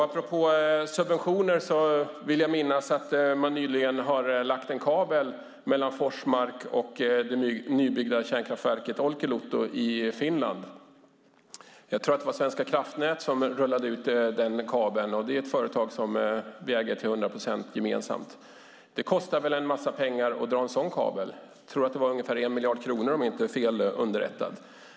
Apropå subventioner vill jag minnas att man nyligen har lagt en kabel mellan Forsmark och det nybyggda kärnkraftverket Olkiluoto i Finland. Jag tror att det var Svenska kraftnät som rullade ut den kabeln, och det är ett företag som vi äger gemensamt till hundra procent. Det kostar väl en massa pengar att dra en sådan kabel - jag tror att det var ungefär 1 miljard kronor, om jag inte är felunderrättad.